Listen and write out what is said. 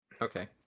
Okay